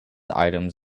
items